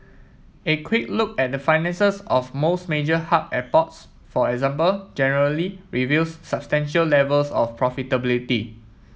a quick look at the finances of most major hub airports for example generally reveals substantial levels of profitability